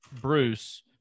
Bruce